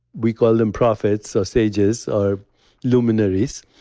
we call them profits or sages or luminaries,